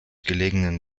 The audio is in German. gelegenen